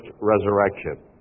resurrection